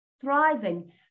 thriving